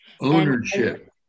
Ownership